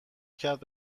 کرد